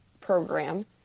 program